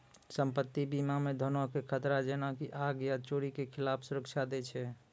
सम्पति बीमा मे धनो के खतरा जेना की आग या चोरी के खिलाफ सुरक्षा दै छै